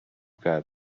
کرد